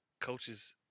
coaches